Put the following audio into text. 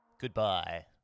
Goodbye